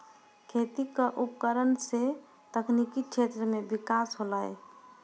खेती क उपकरण सें तकनीकी क्षेत्र में बिकास होलय